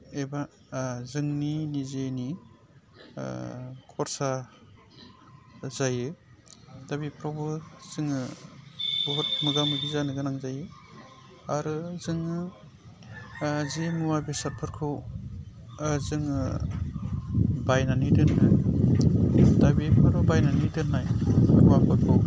एबा जोंनि निजेनि खरसा जायो दा बेफोरावबो जोङो बहुत मोगा मोगि जानोगोनां जायो आरो जोङो जि मुवा बेसादफोरखौ जोङो बायनानै दोनो दा बेफोराव बायनानै दोननाय मुवाफोरखौ